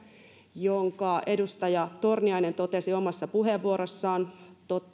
jonka edustaja torniainen totesi omassa puheenvuorossaan